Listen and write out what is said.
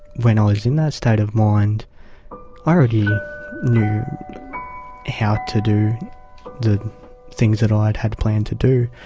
when ah i was in that state of mind i already knew how to do the things that i had had planned to do,